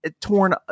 torn